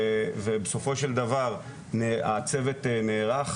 ובסופו של דבר הצוות נערך,